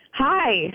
Hi